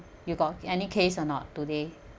you got any case or not today